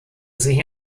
sich